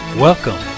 Welcome